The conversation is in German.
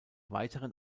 weiteren